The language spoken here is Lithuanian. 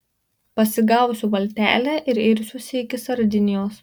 pasigausiu valtelę ir irsiuosi iki sardinijos